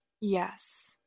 yes